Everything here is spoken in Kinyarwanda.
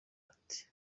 ati